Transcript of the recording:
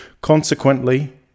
Consequently